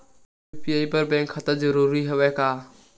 UPI बर bank खाता जरूरी हवय का?